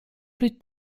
plus